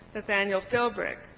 nathaniel philbrick.